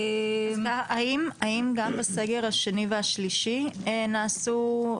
האם גם בסגר השני והשלישי נעשתה חלוקה?